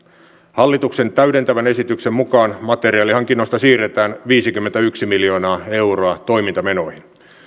hallituksen täydentävän esityksen mukaan materiaalihankinnoista siirretään viisikymmentäyksi miljoonaa euroa toimintamenoihin